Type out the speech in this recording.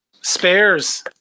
spares